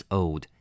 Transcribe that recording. old